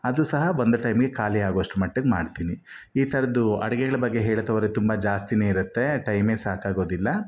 ಅದು ಸಹ ಒಂದು ಟೈಮಿಗೆ ಖಾಲಿಯಾಗೋವಷ್ಟು ಮಟ್ಟಿಗೆ ಮಾಡ್ತೀನಿ ಈ ಥರದ್ದು ಅಡುಗೆಗಳ ಬಗ್ಗೆ ಹೇಳ್ತಾ ಹೋದ್ರೆ ತುಂಬ ಜಾಸ್ತಿ ಇರುತ್ತೆ ಟೈಮೇ ಸಾಕಾಗೋದಿಲ್ಲ